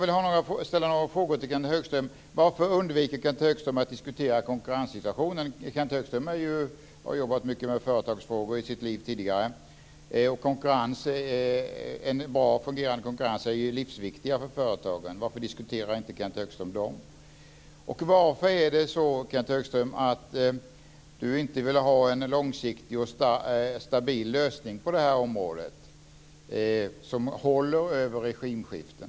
Varför undviker Kenth Högström att diskutera konkurrenssituationen? Kenth Högström har ju jobbar mycket med företagsfrågor tidigare i sitt liv, och en bra fungerande konkurrens är livsviktig för företagen. Varför diskuterar inte Kenth Högström det? Varför är det så, Kenth Högström, att han inte vill ha en långsiktig och stabil lösning på det här området som håller över regimskiften?